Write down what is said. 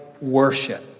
worship